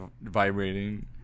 vibrating